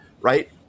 Right